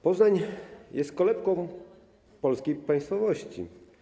Poznań jest kolebką polskiej państwowości.